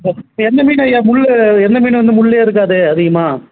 ஓ இப்போ எந்த மீன் ஐயா முள் எந்த மீனு வந்து முள்ளே இருக்காது அதிகமாக